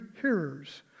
hearers